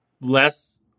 less